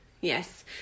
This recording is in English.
Yes